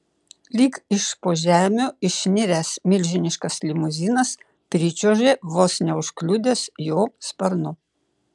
lyg iš po žemių išniręs milžiniškas limuzinas pričiuožė vos neužkliudęs jo sparnu